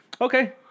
Okay